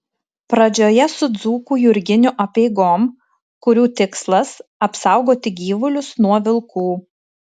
pradžioje su dzūkų jurginių apeigom kurių tikslas apsaugoti gyvulius nuo vilkų